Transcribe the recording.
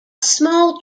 small